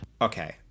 Okay